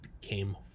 came